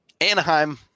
Anaheim